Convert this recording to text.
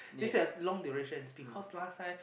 this is a long duration it's because last time